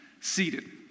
seated